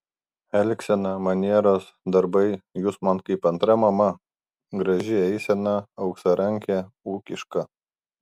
elgsena manieros darbai jūs man kaip antra mama graži eisena auksarankė ūkiška